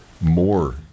more